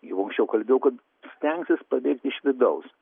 jau anksčiau kalbėjau kad stengsis padėt iš vidaus